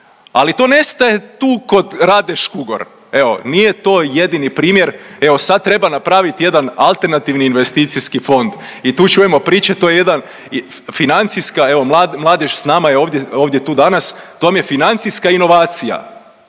Ali to ne staje tu kod Rade Škugor, evo nije to jedini primjer. Evo sad treba napravit jedan AIF i tu čujemo priče to je jedan, financijska, evo mladež s nama je ovdje, ovdje tu danas, to vam je financijska inovacija,